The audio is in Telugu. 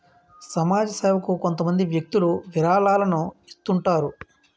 సమాజ సేవకు కొంతమంది వ్యక్తులు విరాళాలను ఇస్తుంటారు